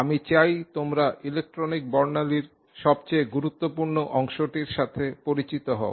আমি চাই তোমরা ইলেকট্রনিক বর্ণালীর সবচেয়ে গুরুত্বপূর্ণ অংশটির সাথে পরিচিত হও